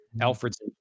Alfred's